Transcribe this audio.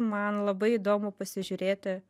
man labai įdomu pasižiūrėti